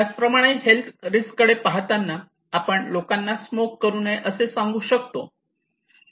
त्याच प्रमाणे health risk कडे पाहताना आपण लोकांना स्मोक करू नये असे सांगू शकतो